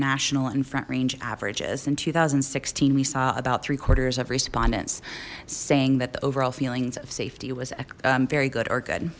national and front range averages in two thousand and sixteen we saw about three quarters of respondents saying that the overall feelings of safety was a very good or good